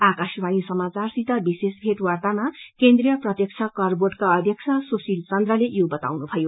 आकाशवाणी सामाचारसित विशेष भेटवाव्यमा केन्द्रिय प्रत्यक्ष कर बोंडका अध्यक्ष सुशील चन्द्रले यो बताउनु भयो